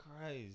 Christ